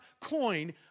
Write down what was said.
coin